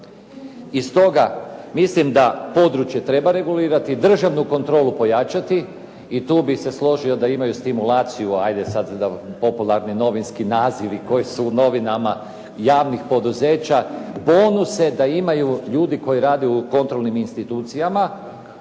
i stoga mislim da područje treba regulirati, državnu kontrolu pojačati i tu bih se složio da imaju stimulaciju hajde sad da popularni novinski nazivi koji su u novinama javnih poduzeća, bonuse da imaju ljudi koji rade u kontrolnim institucijama